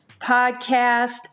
podcast